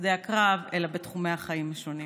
בשדה הקרב אלא בתחומי החיים השונים.